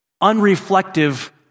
unreflective